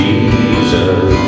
Jesus